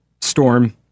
storm